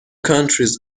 countries